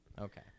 okay